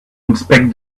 inspect